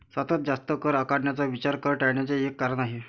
सतत जास्त कर आकारण्याचा विचार कर टाळण्याचे एक कारण आहे